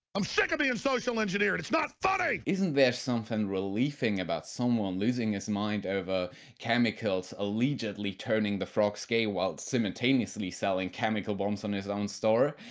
i'm sick of being social engineered, it's not funny! isn't there something relieving about someone losing his mind over chemicals allegedly turning the frogs gay, while simultaneously selling chemical bombs on his own store?